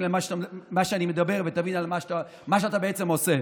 מה שאני מדבר ותבין מה שאתה בעצם עושה.